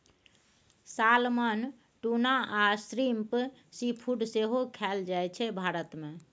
salmon, tuna आ shrimp seafood सेहो खाएल जाइ छै भारत मे